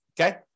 Okay